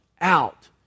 out